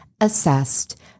Assessed